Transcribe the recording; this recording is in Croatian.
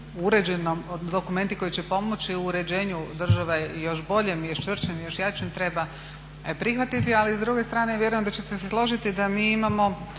uređenim, dokumenti koji će pomoći u uređenju države još boljem, još čvršćem i još jačem treba prihvatiti ali s druge strane vjerujem da ćete se složiti da mi imamo